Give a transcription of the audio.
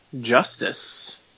Justice